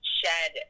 shed